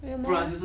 为什么 leh